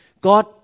God